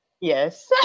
yes